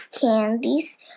candies